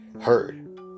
heard